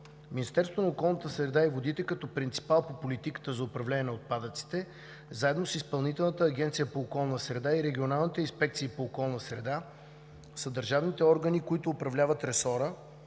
Министерството на околната среда и водите, като принципал по политиката за управление на отпадъци, заедно с Изпълнителната агенция по околна среда и регионалните инспекции по околна среда са държавните органи, които управляват ресора,